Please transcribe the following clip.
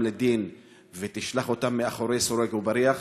לדין ותשלח אותם אל מאחורי סורג ובריח,